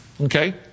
Okay